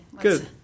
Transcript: Good